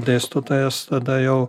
dėstytojas tada jau